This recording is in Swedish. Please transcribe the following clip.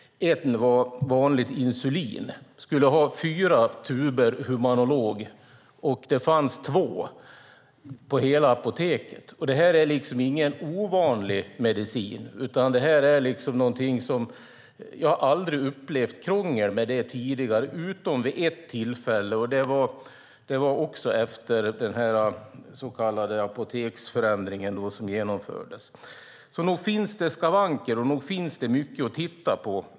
En var vanligt insulin. Jag skulle ha fyra tuber Humalog, och det fanns två på hela apoteket. Det är ingen ovanlig medicin. Jag har aldrig tidigare upplevt något krångel med det - utom vid ett tillfälle, och det var också efter den så kallade apoteksförändringen. Nog finns det skavanker, och nog finns det mycket att titta på.